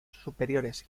superiores